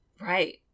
Right